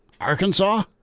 Arkansas